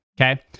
okay